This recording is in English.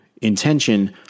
intention